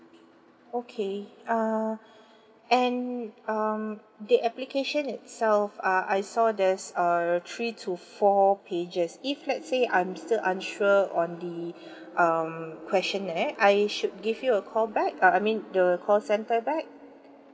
okay uh and um the application itself uh I saw there's uh three to four pages if let's say I'm still unsure on the um questionnaire I should give you a call back uh I mean the call centre back